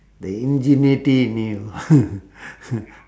the ingenuity in you